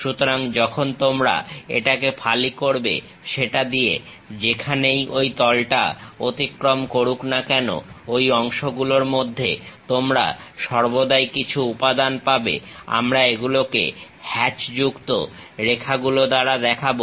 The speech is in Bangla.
সুতরাং যখন তোমরা এটাকে ফালি করবে সেটা দিয়ে যেখানেই ঐ তলটা অতিক্রম করুক না কেন ঐ অংশগুলোর মধ্যে তোমরা সর্বদাই কিছু উপাদান পাবে আমরা এগুলোকে হ্যাচ যুক্ত রেখাগুলো দ্বারা দেখাবো